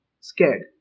scared